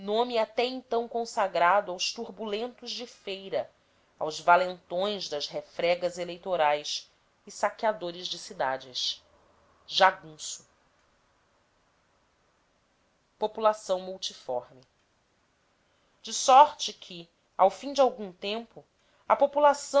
nome até então consagrado aos turbulentos de feira aos valentões das refregas eleitorais e saqueadores de cidades jagunço população multiforme de sorte que ao fim de algum tempo a população